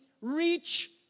reach